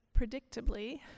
predictably